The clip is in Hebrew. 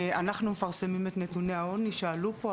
אנחנו מפרסמים את נתוני העוני שעלו פה,